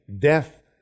Death